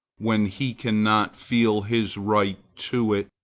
when he cannot feel his right to it,